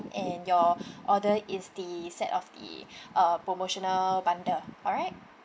and your order is the set of the uh promotional bundle alright